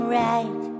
right